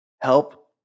help